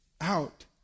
out